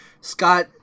Scott